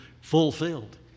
fulfilled